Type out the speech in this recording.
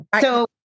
So-